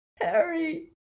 Harry